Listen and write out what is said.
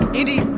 and andi,